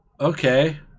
okay